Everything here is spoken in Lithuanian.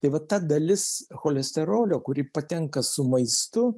tai va ta dalis cholesterolio kuri patenka su maistu